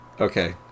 Okay